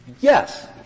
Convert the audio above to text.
Yes